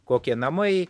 kokie namai